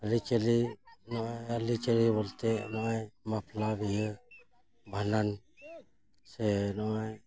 ᱟᱹᱨᱤ ᱪᱟᱹᱞᱤ ᱵᱚᱞᱛᱮ ᱱᱚᱜᱚᱭ ᱵᱟᱯᱞᱟ ᱵᱤᱦᱟᱹ ᱵᱷᱟᱰᱟᱱ ᱥᱮ ᱱᱚᱜᱼᱚᱭ